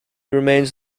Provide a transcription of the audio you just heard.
remains